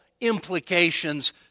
implications